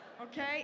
Okay